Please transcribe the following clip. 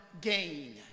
gain